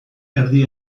erdi